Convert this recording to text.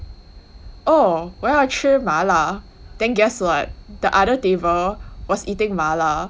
oh 我要吃麻辣 then guess what the other table was eating mala